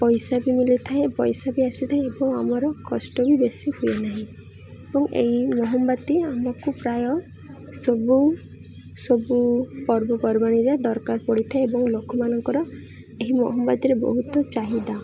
ପଇସା ବି ମିଲିଥାଏ ପଇସା ବି ଆସିଥାଏ ଏବଂ ଆମର କଷ୍ଟ ବି ବେଶୀ ହୁଏନାହିଁ ଏବଂ ଏହି ମହମବତୀ ଆମକୁ ପ୍ରାୟ ସବୁ ସବୁ ପର୍ବପର୍ବାଣିରେ ଦରକାର ପଡ଼ିଥାଏ ଏବଂ ଲୋକମାନଙ୍କର ଏହି ମହମବତୀରେ ବହୁତ ଚାହିଦା